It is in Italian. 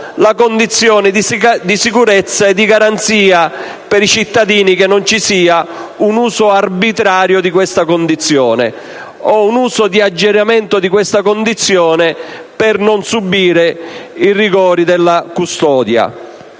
la condizione di sicurezza e di garanzia per i cittadini che non ci sia un uso arbitrario di questa condizione o un aggiramento della stessa per non subire i rigori della custodia.